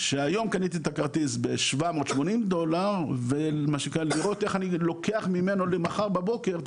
שהיום קניתי את הכרטיס ב-780 דולר ולראות איך אני לוקח ממנו למחר בבוקר,